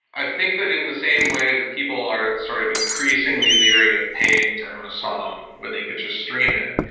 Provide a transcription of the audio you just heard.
i think that in the same way that people are sort of increasingly leery of paying to own a song when they could just stream it.